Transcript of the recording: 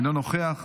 אינו נוכח,